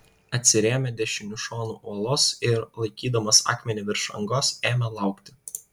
atsirėmė dešiniu šonu uolos ir laikydamas akmenį virš angos ėmė laukti